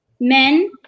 men